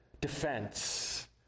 defense